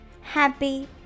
happy